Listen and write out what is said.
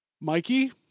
Mikey